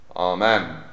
Amen